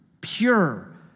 pure